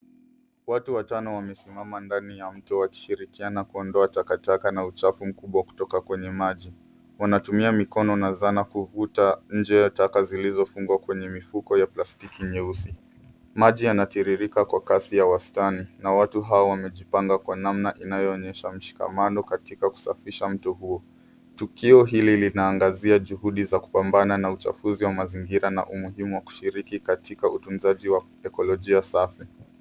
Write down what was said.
Watu watano wamesimama ndani ya mto wakishirikiana kuondoa takataka na uchafu mkubwa kutoka kwenye maji. Wanatumia mikono na zana kuvuta nje taka zilizofungwa kwenye mifuko ya plastiki nyeusi. Maji yanatiririka kwa kasi ya wastani na watu hao wamejipanga kwa namna inayoonyesha mshikamano katika kusafisha mto huo. Tukio hili linaangazia juhudi za kupambana na uchafuzi wa mazingira na umuhimu wa kushiriki katika utunzaji wa ikolojia safi.